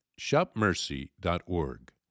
shopmercy.org